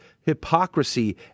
hypocrisy